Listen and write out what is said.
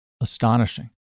astonishing